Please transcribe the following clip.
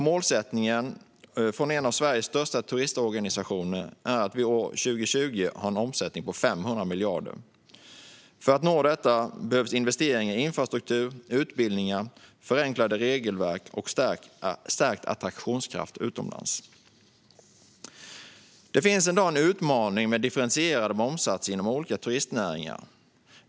Målsättningen för en av Sveriges största turistorganisationer är att vi år 2020 ska ha en omsättning på 500 miljarder. För att nå detta behövs investeringar i infrastruktur, utbildningar, förenklade regelverk och stärkt attraktionskraft utomlands. Det finns i dag en utmaning med differentierade momssatser inom olika turistnäringar.